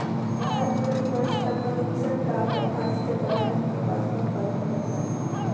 भारत, प्रति वर्ष लगभग इकसठ लाख अट्टठासी हजार टन कपास का उत्पादन करता है